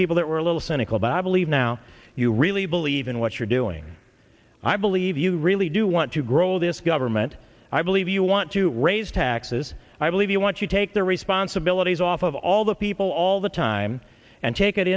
people that were a little cynical but i believe now you really believe in what you're doing i believe you really do want to grow this government i believe you want to raise taxes i believe you want to take the responsibilities off of all the people all the time and take it